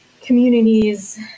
communities